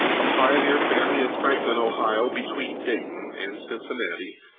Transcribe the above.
a pioneer family of franklin, ohio between dayton and cincinnati,